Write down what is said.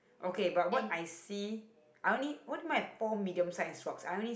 and